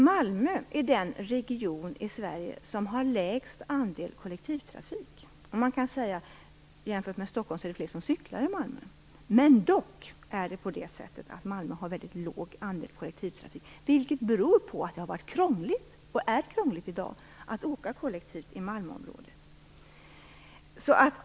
Malmö är den region i Sverige som har lägst andel kollektivtrafik. Man kan säga att det jämfört med Stockholm är fler som cyklar i Malmö, men Malmö har dock en väldigt liten andel kollektivtrafik. Det beror på att det är och har varit krångligt att resa kollektivt i Malmöområdet.